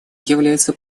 является